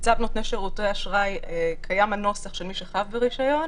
בצו נותני שירותי אשראי קיים הנוסח של מי שחייב ברישיון,